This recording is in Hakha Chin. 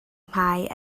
hmai